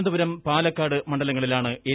നേമം പാലക്കാട് മണ്ഡലങ്ങളിലാണ് എൻ